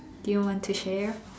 do you want to share